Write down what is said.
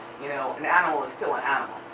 you know? an animal is still an